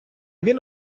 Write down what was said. він